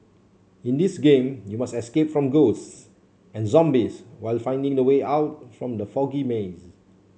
in this game you must escape from ghosts and zombies while finding the way out from the foggy maze